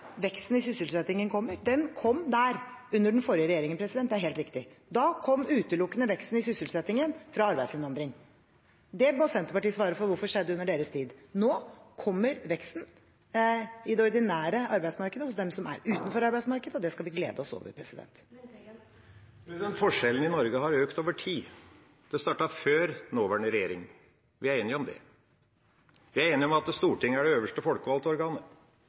veksten i sysselsettingen kommer. Den kom der under den forrige regjeringen – det er helt riktig. Da kom veksten i sysselsettingen utelukkende fra arbeidsinnvandring. Det må Senterpartiet svare for hvorfor skjedde under deres tid. Nå kommer veksten i det ordinære arbeidsmarkedet, blant dem som har vært utenfor arbeidsmarkedet, og det skal vi glede oss over. Forskjellene i Norge har økt over tid. Det startet før nåværende regjering. Vi er enige om det. Vi er enige om at Stortinget er det øverste folkevalgte organet.